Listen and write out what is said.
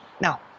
Now